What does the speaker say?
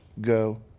go